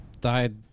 died